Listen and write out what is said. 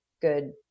good